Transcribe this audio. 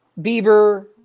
Bieber